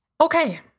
Okay